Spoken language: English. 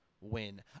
win